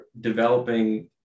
developing